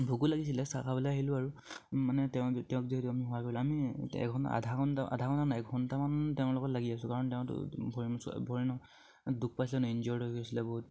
ভোকো লাগিছিলে চাহ খাবলে আহিলোঁ আৰু মানে তেওঁ তেওঁক যিহেতু আমি সহায় কৰিলোঁ আমি এঘণ্টা আধা ঘণ্টা আধা ঘণ্টা ন এঘণ্টামান তেওঁৰ লগত লাগি আছোঁ কাৰণ তেওঁতো ভৰি